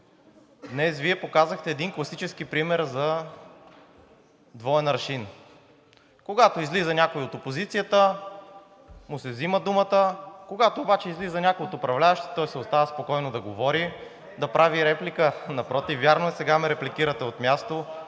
Днес Вие показахте един класически пример за двоен аршин. Когато излиза някой от опозицията, му се взима думата, когато обаче излиза някой от управляващите, той се оставя спокойно да говори, да прави реплика. РЕПЛИКИ ОТ ПРОДЪЛЖАВАМЕ ПРОМЯНАТА: Не е вярно!